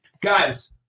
Guys